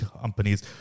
companies